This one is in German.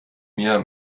mir